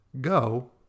go